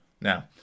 Now